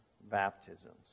baptisms